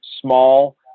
small